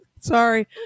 sorry